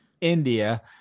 India